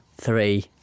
Three